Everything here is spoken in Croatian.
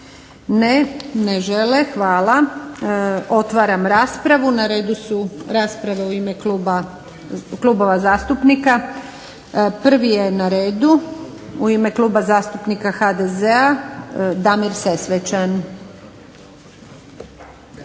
Ne. Ne žele. Hvala. Otvaram raspravu. Na redu su rasprave u ime klubova zastupnika. Prvi je na redu u ime Kluba zastupnika HDZ-a Damir Sesvečan.